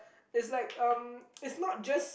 it's like um it's not just